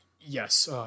Yes